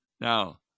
Now